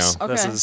Okay